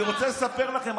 אני רוצה לספר לכם,